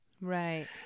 Right